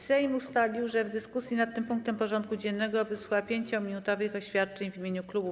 Sejm ustalił, że w dyskusji nad tym punktem porządku dziennego wysłucha 5-minutowych oświadczeń w imieniu klubów i kół.